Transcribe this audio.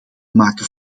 maken